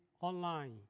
online